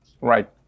Right